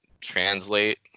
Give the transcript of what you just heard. translate